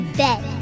bed